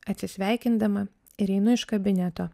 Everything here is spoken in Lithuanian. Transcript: atsisveikindama ir einu iš kabineto